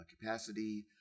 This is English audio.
capacity